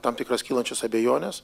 tam tikras kylančias abejones